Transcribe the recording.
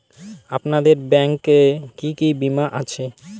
আপনাদের ব্যাংক এ কি কি বীমা আছে?